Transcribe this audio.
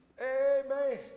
Amen